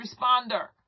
responder